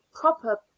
proper